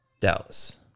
Dallas